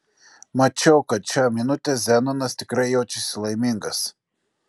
mačiau kad šią minutę zenonas tikrai jaučiasi laimingas